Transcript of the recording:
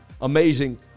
Amazing